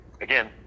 again